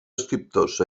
escriptors